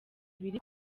biri